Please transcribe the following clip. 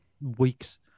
weeks